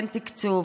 כן תקצוב,